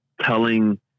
telling